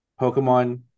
Pokemon